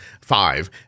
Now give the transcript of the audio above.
five